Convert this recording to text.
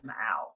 out